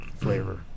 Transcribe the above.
flavor